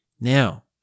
Now